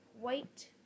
white